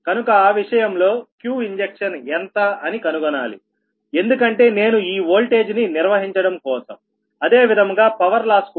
కనుక ఆ విషయంలో Q ఇంజక్షన్ ఎంత అని కనుగొనాలి ఎందుకంటే నేను ఈ ఓల్టేజ్ ని నిర్వహించడం కోసం అదే విధముగా పవర్ లాస్ కూడా